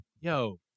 yo